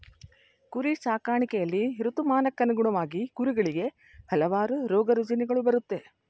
ಕುರಿ ಸಾಕಾಣಿಕೆಯಲ್ಲಿ ಋತುಮಾನಕ್ಕನುಗುಣವಾಗಿ ಕುರಿಗಳಿಗೆ ಹಲವಾರು ರೋಗರುಜಿನಗಳು ಬರುತ್ತೆ